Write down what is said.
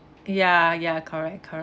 ya ya correct correct